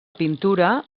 pintura